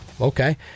Okay